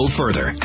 further